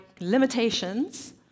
limitations